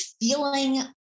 feeling